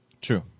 True